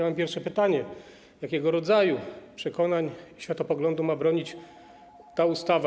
Mam pierwsze pytanie: Jakiego rodzaju przekonań, światopoglądu ma bronić ta ustawa?